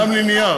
נעלם לי נייר,